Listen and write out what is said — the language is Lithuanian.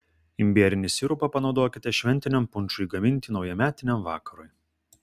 imbierinį sirupą panaudokite šventiniam punšui gaminti naujametiniam vakarui